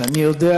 ואני יודע,